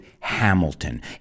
Hamilton